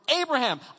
Abraham